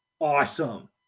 awesome